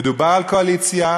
ודובר על קואליציה,